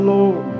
Lord